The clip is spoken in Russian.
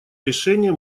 решение